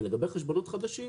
לגבי חשבונות חדשים,